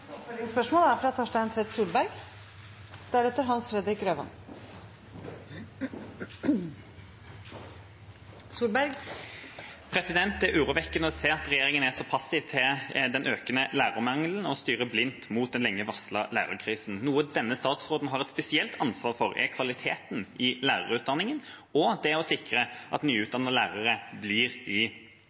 Torstein Tvedt Solberg – til oppfølgingsspørsmål. Det er urovekkende å se at regjeringen er så passiv til den økende lærermangelen og styrer blindt mot den lenge varslede lærerkrisen. Noe denne statsråden har et spesielt ansvar for, er kvaliteten i lærerutdanningen og det å sikre at nyutdannede lærere blir i